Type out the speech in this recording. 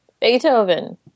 Beethoven